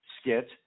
skit